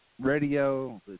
radio